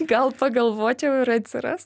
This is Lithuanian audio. gal pagalvočiau ir atsiras